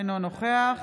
אינו נוכח